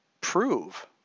prove